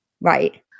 Right